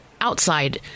outside